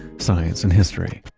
science, and history.